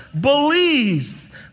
believes